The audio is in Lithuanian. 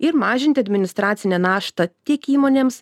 ir mažinti administracinę naštą tiek įmonėms